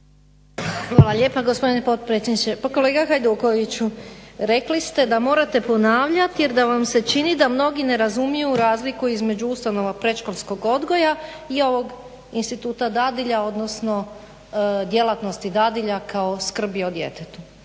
Hvala lijepa gospodine potpredsjedniče. Pa kolega Hajdukoviću, rekli ste da morate ponavljati jer da vam se čini da mnogi ne razumiju razliku između ustanova predškolskog odgoja i ovog instituta dadilja odnosno djelatnosti dadilja kao skrbi o djetetu